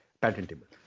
patentable